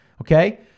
okay